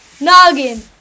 Noggin